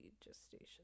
gestation